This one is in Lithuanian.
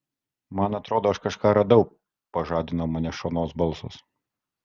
man atrodo aš kažką radau pažadino mane šonos balsas